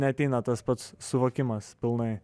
neateina tas pats suvokimas pilnai